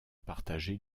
partager